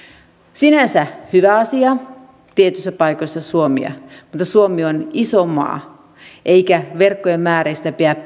sinänsä hyvä asia tietyissä paikoissa suomea mutta suomi on iso maa eikä verkkojen määristä pidä